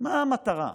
מה המטרה?